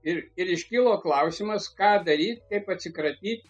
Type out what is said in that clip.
ir ir iškilo klausimas ką daryt kaip atsikratyt